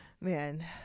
Man